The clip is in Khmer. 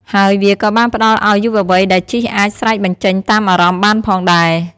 ហើយវាក៏បានផ្ដល់អោយយុវវ័យដែលជិះអាចស្រែកបញ្ចេញតាមអារម្មណ៍បានផងដែរ។